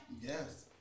Yes